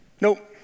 Nope